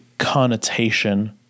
connotation